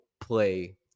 play